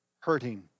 hurting